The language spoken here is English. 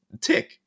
tick